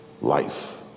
Life